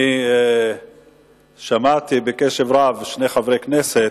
אני שמעתי בקשב רב שני חברי כנסת,